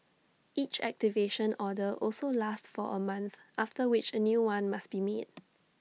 each activation order also lasts for A month after which A new one must be made